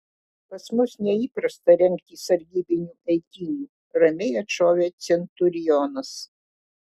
pas mus neįprasta rengti sargybinių eitynių ramiai atšovė centurionas